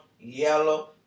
yellow